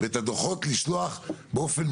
זאת אומרת,